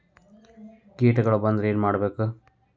ಕೇಟಗಳ ಬಂದ್ರ ಏನ್ ಮಾಡ್ಬೇಕ್?